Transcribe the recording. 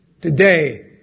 Today